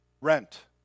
rent